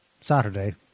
Saturday